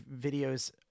videos